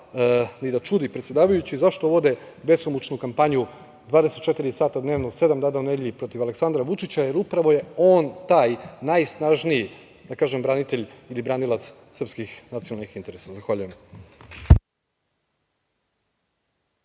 ni da čudi predsedavajući zašto vode besomučnu kampanju 24 sata dnevno, sedam dana u nedelji protiv Aleksandra Vučića, jer upravo je on taj, najsnažniji branitelj ili branilac srpskih nacionalnih interesa. Hvala.